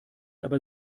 aber